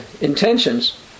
intentions